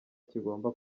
kigomba